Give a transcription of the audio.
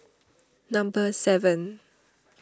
number seven